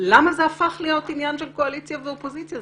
למה זה הפך להיות עניין של קואליציה ואופוזיציה?